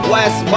West